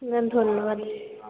ma'am ধন্যবাদ